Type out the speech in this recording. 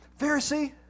Pharisee